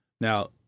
Now